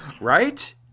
Right